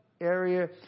area